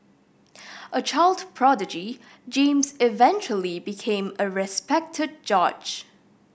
a child prodigy James eventually became a respected judge